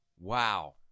Wow